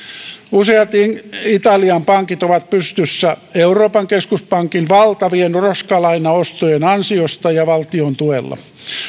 useat italian pankit ovat pystyssä euroopan keskuspankin valtavien roskalainaostojen ansiosta ja valtion tuella